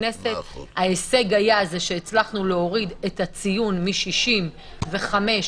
בכנסת ההישג היה שהצלחנו להוריד את הציון מ-65 ל-60.